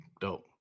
dope